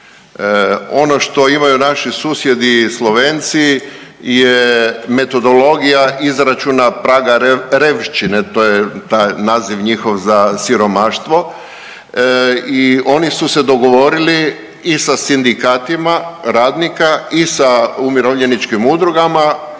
Ono što imaju naši susjedi Slovenci je metodologija izračuna praga revčine, to je taj naziv njihov za siromaštvo. I oni su se dogovorili i sa sindikatima radnika i sa umirovljeničkim udrugama